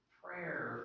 prayer